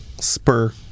spur